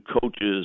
coaches